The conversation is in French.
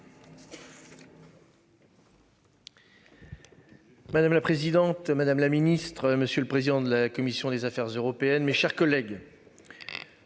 Madame la présidente, madame la ministre, monsieur le président de la commission des Affaires européennes. Mes chers collègues.